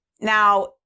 Now